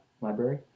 Library